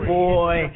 boy